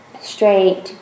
straight